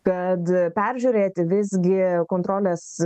kad peržiūrėti visgi kontrolės